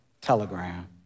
telegram